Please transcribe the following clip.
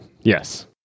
yes